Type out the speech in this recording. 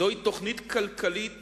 זוהי תוכנית כלכלית